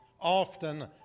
often